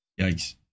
Yikes